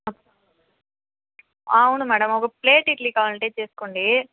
అవును మేడం ఒక plate idli కావాలాంటే చేసుకోండి